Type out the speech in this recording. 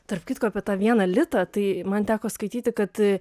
tarp kitko apie tą vieną litą tai man teko skaityti kad